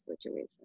situation